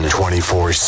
24